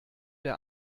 der